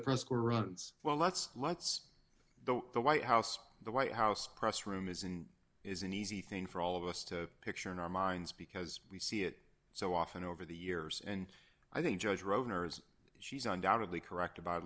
the press corps runs well let's let's the the white house the white house press room is in is an easy thing for all of us to picture in our minds because we see it so often over the years and i think judge are owners she's undoubtedly correct about